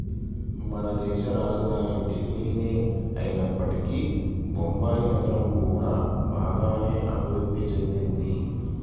మనదేశ రాజధాని ఢిల్లీనే అయినప్పటికీ బొంబాయి నగరం కూడా బాగానే అభిరుద్ధి చెందింది